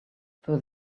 through